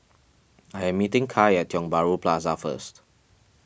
I am meeting Kai at Tiong Bahru Plaza first